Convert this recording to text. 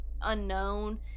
unknown